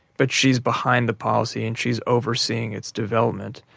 but she's behind the policy and she's overseeing its development